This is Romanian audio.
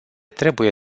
trebuie